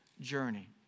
journey